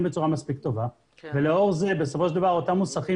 בצורה מספיק טובה ולאור זה בסופו של דבר אותם מוסכים